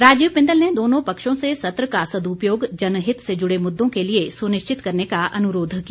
राजीव बिंदल ने दोनों पक्षों से सत्र का सदुपोग जनहित से जुड़े मुद्दों के लिए सुनिश्चित करने का अनुरोध किया